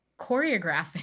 choreographing